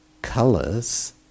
colors